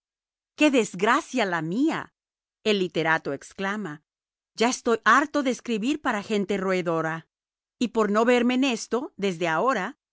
qué desgracia la mía el literato exclama ya estoy harto de escribir para gente roedora y por no verme en esto desde ahora